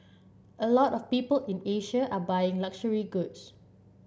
a lot of people in Asia are buying luxury goods